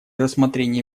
рассмотрении